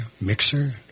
mixer